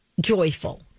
joyful